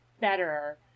better